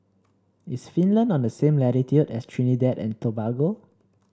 is Finland on the same latitude as Trinidad and Tobago